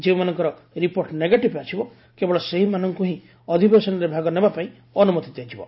ଯେଉଁମାନଙ୍କର report negative ଆସିବ କେବଳ ସେହିମାନଙ୍କୁ ହିଁ ଅଧିବେଶନରେ ଭାଗ ନେବାପାଇଁ ଅନୁମତି ଦିଆଯିବ